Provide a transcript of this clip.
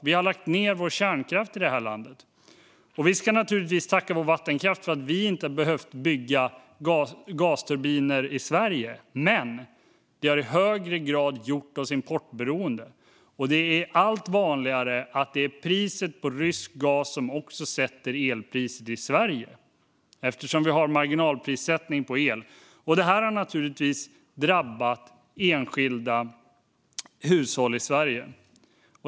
Vi har lagt ned vår kärnkraft i det här landet, och vi ska naturligtvis tacka vår vattenkraft för att vi inte har behövt bygga gasturbiner i Sverige. Men det har i högre grad gjort oss importberoende. Det är allt vanligare att det är priset på rysk gas som också sätter elpriset i Sverige, eftersom vi har marginalprissättning på el. Detta har naturligtvis drabbat enskilda hushåll i Sverige.